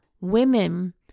women